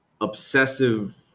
obsessive